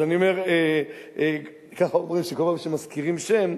אז אני אומר, כך אומרים שכל פעם שמזכירים שם,